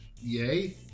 Yay